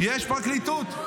יש פרקליטות.